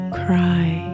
cry